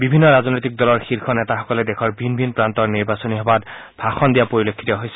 বিভিন্ন ৰাজনৈতিক দলৰ শীৰ্ষ নেতাসকলে দেশৰ ভিন ভিন প্ৰান্তৰ নিৰ্বাচনী সভাত ভাষণ দিয়া পৰিলক্ষিত হৈছে